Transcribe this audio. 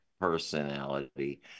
personality